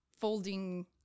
folding